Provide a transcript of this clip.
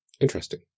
Interesting